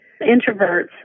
introverts